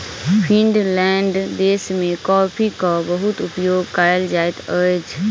Finland देश में कॉफ़ीक बहुत उपयोग कयल जाइत अछि